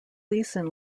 gleeson